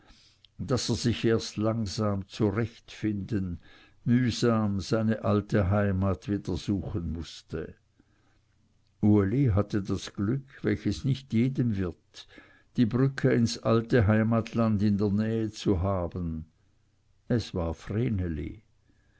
daß er sich erst langsam zurechtfinden mühsam seine alte heimat wieder suchen mußte uli hatte das glück welches nicht jedem wird die brücke ins alte heimatland in der nähe zu haben es war